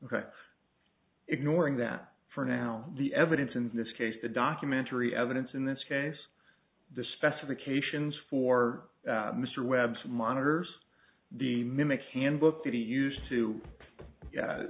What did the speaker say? ignoring that for now the evidence in this case the documentary evidence in this case the specifications for mr webb monitors the mimic handbook that he used to